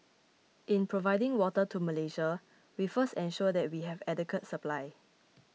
in providing water to Malaysia we first ensure that we have adequate supply